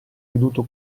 veduto